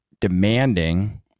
demanding